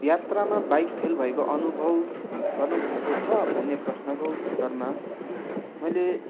यात्रामा bike fail भएको अनुभव गर्नुभएको छ भन्ने प्रश्नको उत्तरमा मैले